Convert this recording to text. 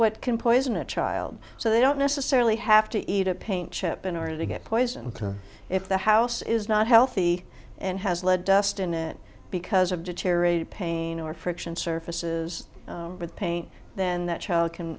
what can poison a child so they don't necessarily have to eat a paint chip in order to get poisoned if the house is not healthy and has lead dust in it because of deteriorating pain or friction surfaces with paint then that child can